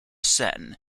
sen